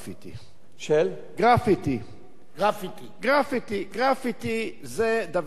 גרפיטי זה דבר מאוד פשוט,